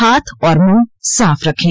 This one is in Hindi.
हाथ और मुंह साफ रखें